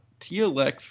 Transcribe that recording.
TLX